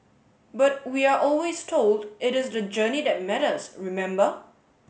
but we are always told it is the journey that matters remember